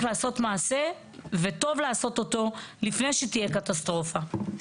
לעשות מעשה וטוב לעשות אותו לפני שתהיה קטסטרופה.